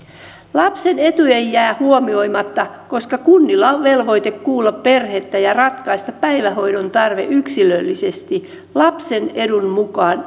lapsen etu ei jää huomioimatta koska kunnilla on velvoite kuulla perhettä ja ratkaista päivähoidon tarve yksilöllisesti lapsen edun mukaan